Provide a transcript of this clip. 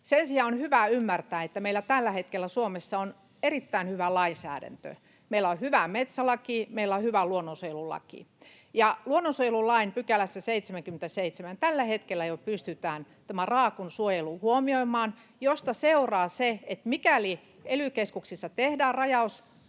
Sen sijaan on hyvä ymmärtää, että meillä tällä hetkellä Suomessa on erittäin hyvä lainsäädäntö. Meillä on hyvä metsälaki, meillä on hyvä luonnonsuojelulaki. Luonnonsuojelulain 77 §:ssä jo tällä hetkellä pystytään tämä raakun suojelu huomioimaan, mistä seuraa se, että mikäli ely-keskuksissa tehdään rajaus,